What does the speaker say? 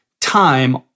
time